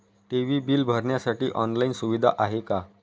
TV bill भरण्यासाठी online सुविधा आहे का?